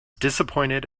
disappointed